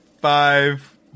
Five